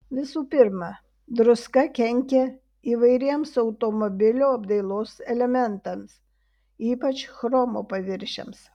visų pirma druska kenkia įvairiems automobilio apdailos elementams ypač chromo paviršiams